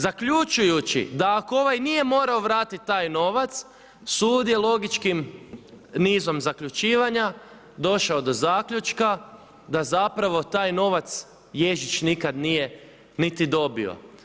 Zaključujući da ako ovaj nije morao dati taj novac sud je logičkim nizom zaključivanja došao do zaključka, da zapravo taj novac Ježić nikad nije niti dobio.